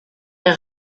est